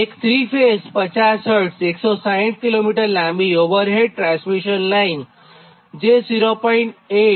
એક ૩ ફેઝ50 Hz 160 km લાંબી ઓવરહેડ ટ્રાન્સમિશન લાઇન જે 0